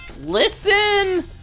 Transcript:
Listen